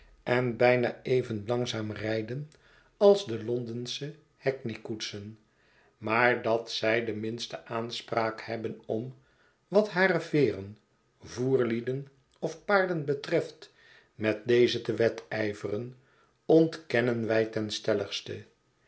en bijna even langzaam rijden als de londensche hackney koetsen maar dat zij de minste aanspraak hebben om wat hare veren voerlieden of paarden betreft met deze te wedijveren ontkennen wij ten